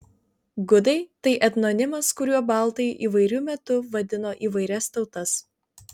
gudai tai etnonimas kuriuo baltai įvairiu metu vadino įvairias tautas